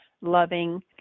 loving